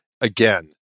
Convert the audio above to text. again